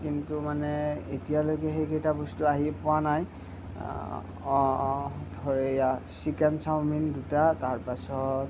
কিন্তু মানে এতিয়ালৈকে সেইকেইটা বস্তু আহি পোৱা নাই ধৰ এইয়া চিকেন চাওমিন দুটা তাৰপাছত